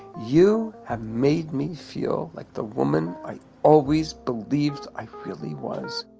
you have made me feel like the woman i always believed i really was.